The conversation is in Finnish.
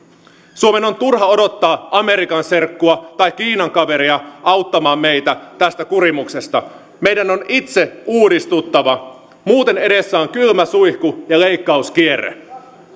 suomen on turha odottaa amerikan serkkua tai kiinan kaveria auttamaan meitä tästä kurimuksesta meidän on itse uudistuttava muuten edessä on kylmä suihku ja leikkauskierre